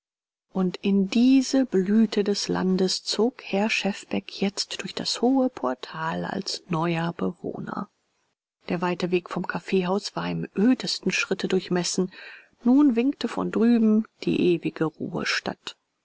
und in diese blüte des landes zog herr schefbeck jetzt durch das hohe portal als neuer bewohner der weite weg vom kaffeehaus war im ödesten schritte durchmessen nun winkte von drüben die ewige ruhestatt